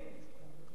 כמו שאמרתי,